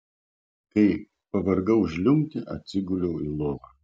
kai pavargau žliumbti atsiguliau į lovą